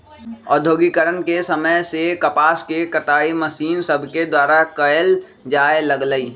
औद्योगिकरण के समय से कपास के कताई मशीन सभके द्वारा कयल जाय लगलई